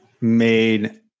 made